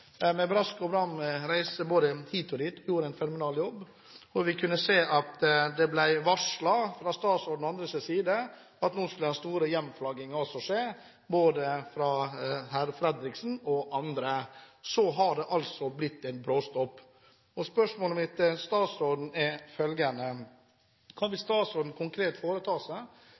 med brask og bram å reise både hit og dit, og gjorde en fenomenal jobb. Statsråden og andre varslet at nå skulle den store hjemflaggingen skje, det gjaldt både herr Fredriksen og andre. Så har det altså blitt en bråstopp. Spørsmålet mitt til statsråden er følgende: Hva vil statsråden konkret foreta seg